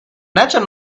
nature